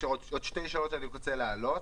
עוד שתי שאלות שאני רוצה להעלות.